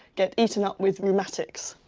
get eaten up with rheumatics.